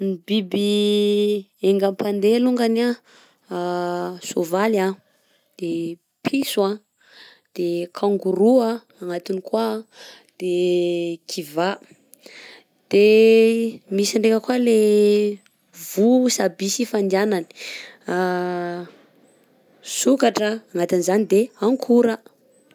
Ny biby engam-pandeha alongany a: saovaly a, de piso, de kangourou a agnatiny koà, de kiva. De misy ndreka koà le vosa by sy fandianany: sokatra agnatiny zany, de ankora.